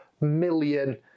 million